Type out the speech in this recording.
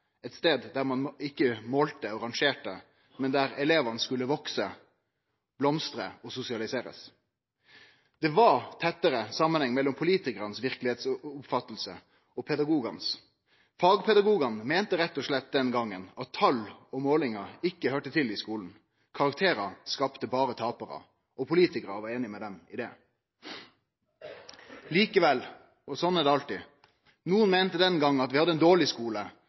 eit sted der ein ikkje målte og rangerte, men der elevane skulle vakse, blomstre og bli sosialiserte. Det var tettare samanheng mellom politikarane og pedagogane sine verkelegheitsoppfatningar. Fagpedagogane meinte rett og slett den gongen at tal og målingar ikkje høyrde til i skulen – karakterar skapte berre taparar – og politikarane var einige med dei i det. Likevel, og sånn er det alltid, meinte nokon den gongen at vi hadde ein dårleg